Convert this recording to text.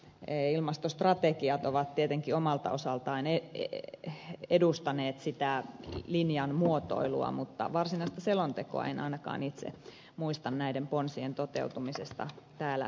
ehkä ilmastostrategiat ovat tietenkin omalta osaltaan edustaneet sitä linjan muotoilua mutta varsinaista selontekoa en ainakaan itse muista näiden ponsien toteutumisesta täällä käsitelleeni